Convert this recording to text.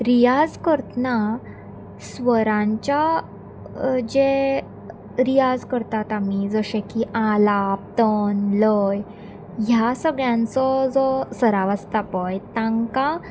रियाज करतना स्वरांच्या जे रियाज करतात आमी जशे की आलाब तन लय ह्या सगळ्यांचो जो सराव आसता पळय तांकां